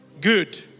Good